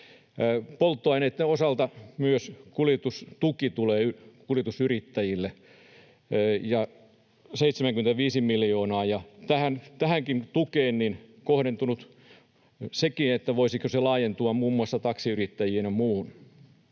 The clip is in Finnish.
Polttoaineitten osalta myös kuljetustuki tulee kuljetusyrittäjille, 75 miljoonaa. Tähän tukeen on kohdentunut sekin, voisiko se laajentua muun muassa taksiyrittäjiin ja muuhun.